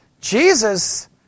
Jesus